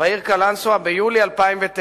תל-אביב בעיר קלנסואה בחודש יולי 2009,